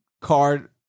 card